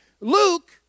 Luke